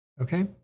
Okay